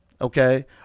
okay